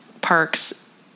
Parks